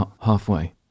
halfway